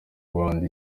rwanda